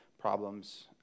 problems